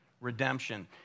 redemption